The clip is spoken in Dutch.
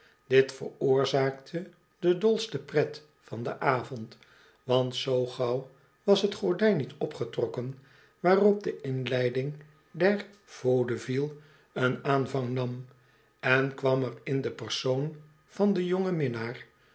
dit veroorzaakte de dolste pret van den avond want zoo gauw was t gordijn niet opgetrokken waarop de inleiding der vaudeville een aanvang nam en kwam er in den persoon van den jongen minnaar